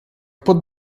pod